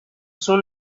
soon